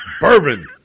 bourbon